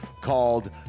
called